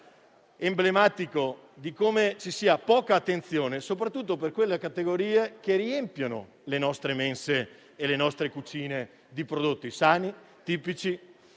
emblematico di come sia prestata poca attenzione soprattutto a quelle categorie che riempiono le nostre mense e le nostre cucine di prodotti sani, tipici,